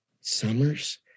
summers